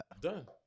Done